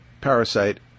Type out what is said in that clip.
parasite